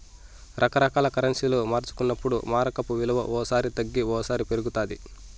రకరకాల కరెన్సీలు మార్చుకున్నప్పుడు మారకపు విలువ ఓ సారి తగ్గి ఓసారి పెరుగుతాది